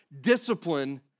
discipline